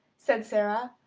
said sara.